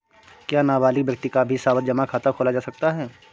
क्या नाबालिग व्यक्ति का भी सावधि जमा खाता खोला जा सकता है?